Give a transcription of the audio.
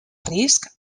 risc